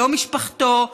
לא משפחתו.